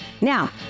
Now